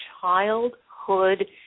childhood